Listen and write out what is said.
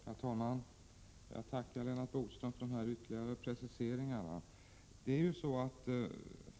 Herr talman! Jag tackar Lennart Bodström för de här ytterligare preciseringarna.